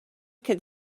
could